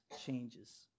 changes